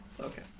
Okay